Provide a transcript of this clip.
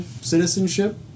citizenship